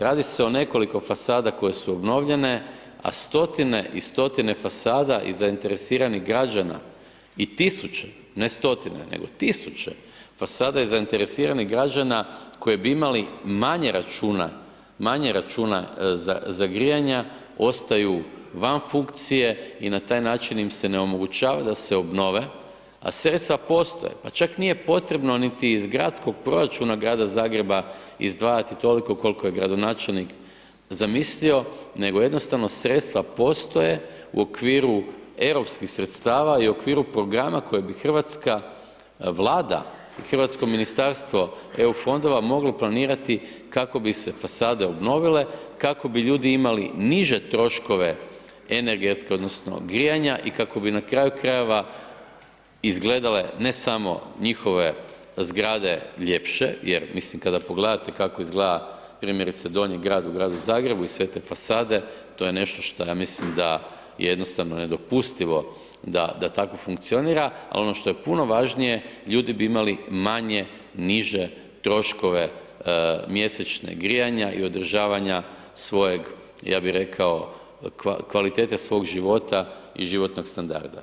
Radi se o nekoliko fasada koje su obnovljene, a stotine i stotine fasada i zainteresiranih građana, i tisuće, ne stotine, nego tisuće fasada i zainteresiranih građana koji bi imali manje računa, manje računa za grijanja, ostaju van funkcije i na taj način im se onemogućava da se obnove, a sredstva postoje, pa čak nije potrebno niti iz gradskog proračuna Grada Zagreba izdvajati toliko kol'ko je gradonačelnik zamislio, nego jednostavno sredstva postoje u okviru europskih sredstava, i u okviru programa koji bi hrvatska Vlada i hrvatsko Ministarstvo EU fondova moglo planirati kako bi se fasade obnovile, kako bi ljudi imali niže troškove energetske odnosno grijanja, i kako bi na kraju krajeva izgledale ne samo njihove zgrade ljepše, jer mislim kada pogledate kako izgleda primjerice Donji Grad u Gradu Zagrebu i sve te fasade, to je nešto šta ja mislim da je jednostavno nedopustivo da, da tako funkcionira, al' ono što je puno važnije, ljudi bi imali manje, niže troškove mjesečnih grijanja i održavanja svojeg, ja bi rekao kvalitete svog života i životnog standarda.